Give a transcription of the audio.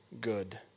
good